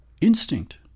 instinct